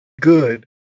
good